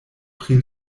pri